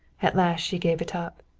at last, she gave it up.